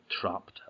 trapped